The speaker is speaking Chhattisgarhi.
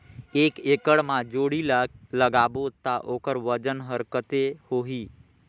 एक एकड़ मा जोणी ला लगाबो ता ओकर वजन हर कते होही?